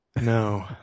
no